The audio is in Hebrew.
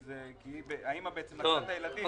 כי האימא לקחה את הילדים.